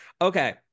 Okay